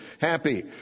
happy